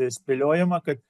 spėliojama kad